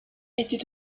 était